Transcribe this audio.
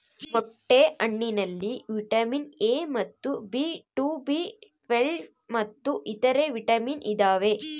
ಮೊಟ್ಟೆ ಹಣ್ಣಿನಲ್ಲಿ vitamin A ಮತ್ತು ಬಿ ಟು ಬಿ ಟ್ವೇಲ್ವ್ ಮತ್ತು ಇತರೆ ವಿಟಾಮಿನ್ ಇದಾವೆ